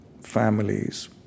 families